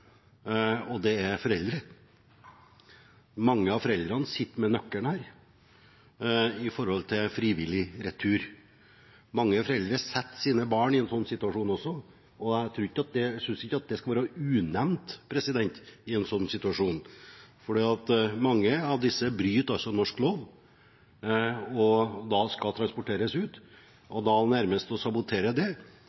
frivillig retur. Mange foreldre setter sine barn i en sånn situasjon. Jeg synes ikke at det skal være unevnt i en sånn situasjon, for mange av disse bryter norsk lov når de skal transporteres ut.